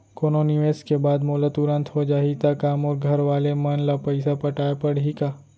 कोनो निवेश के बाद मोला तुरंत हो जाही ता का मोर घरवाले मन ला पइसा पटाय पड़ही का?